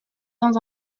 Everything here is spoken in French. dans